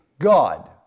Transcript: God